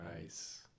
Nice